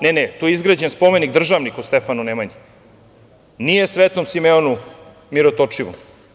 Ne, ne, tu je izgrađen spomenik državniku Stefanu Nemanji, nije Svetom Simeonu Mirotočivom.